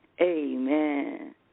Amen